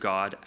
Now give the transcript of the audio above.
God